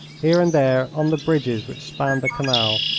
here and there, on the bridges which spanned the canal,